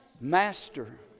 Master